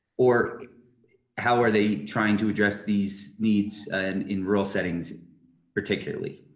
or how are they trying to address these needs and in rural settings particularly?